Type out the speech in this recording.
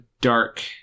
dark